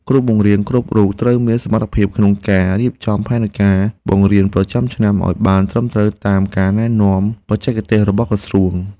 គ្រូបង្រៀនគ្រប់រូបត្រូវមានសមត្ថភាពក្នុងការរៀបចំផែនការបង្រៀនប្រចាំឆ្នាំឱ្យបានត្រឹមត្រូវតាមការណែនាំបច្ចេកទេសរបស់ក្រសួង។